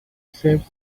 saves